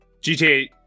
GTA